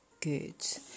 good